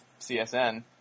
CSN